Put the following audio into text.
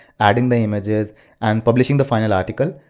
adding the images and publishing the final article,